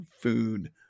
food